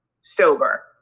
sober